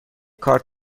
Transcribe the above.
کارت